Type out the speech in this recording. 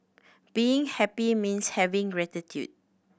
being happy means having gratitude